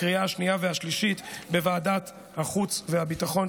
לקריאה השנייה והשלישית בוועדת החוץ והביטחון.